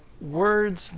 words